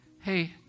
hey